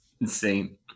insane